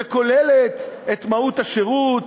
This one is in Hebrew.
שכוללת את מהות השירות,